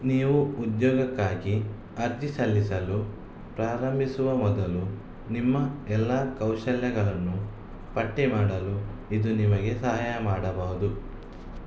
ನೀವು ಉದ್ಯೋಗಕ್ಕಾಗಿ ಅರ್ಜಿ ಸಲ್ಲಿಸಲು ಪ್ರಾರಂಭಿಸುವ ಮೊದಲು ನಿಮ್ಮ ಎಲ್ಲ ಕೌಶಲ್ಯಗಳನ್ನು ಪಟ್ಟಿ ಮಾಡಲು ಇದು ನಿಮಗೆ ಸಹಾಯ ಮಾಡಬಹುದು